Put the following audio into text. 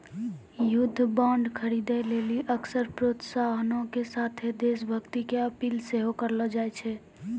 युद्ध बांड खरीदे लेली अक्सर प्रोत्साहनो के साथे देश भक्ति के अपील सेहो करलो जाय छै